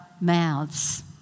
mouths